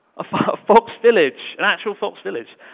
a fox village, an actual fox village.